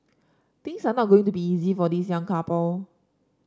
things are not going to be easy for this young couple